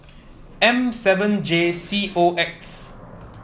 M seven J C O X